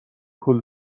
پول